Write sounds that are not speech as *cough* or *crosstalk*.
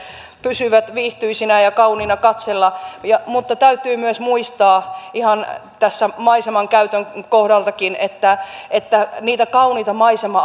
pysyvät viihtyisinä ja kauniina katsella mutta täytyy myös muistaa ihan maisemankäytön kohdaltakin että että niitä kauniita maisema *unintelligible*